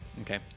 okay